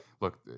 look